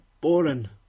boring